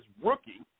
rookie